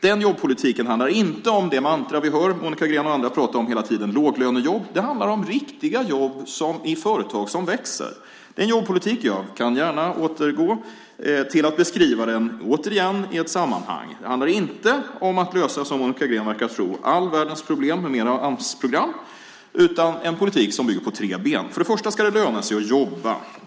Den jobbpolitiken handlar inte om det mantra Monica Green och andra hela tiden pratar om, nämligen låglönejobb. Det handlar om riktiga jobb i företag som växer. Jag kan gärna återgå till att beskriva den jobbpolitiken i ett sammanhang. Det handlar inte, som Monica Green verkar tro, om att lösa all världens problem med mera Amsprogram. Det handlar om en politik som står på tre ben. För det första ska det löna sig att jobba.